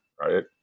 Right